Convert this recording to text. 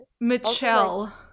Michelle